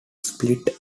split